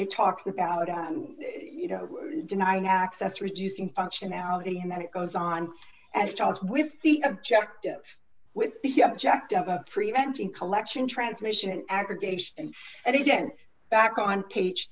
it talks about you know denying access reducing functionality and that it goes on and off with the objective with the object of preventing collection transmission aggregation and again back on page